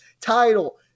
title